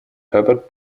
herbert